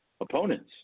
opponents